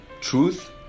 truth